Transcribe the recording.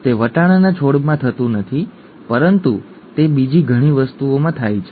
તે વટાણાના છોડમાં થતું નથી પરંતુ તે બીજી ઘણી વસ્તુઓમાં થાય છે